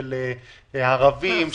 לערבים,